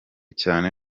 cyane